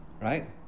right